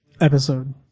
Episode